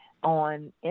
on